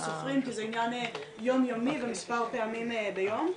אנחנו אפילו לא סופרים כי זה עניין יום יומי ומספר פעמים ביום.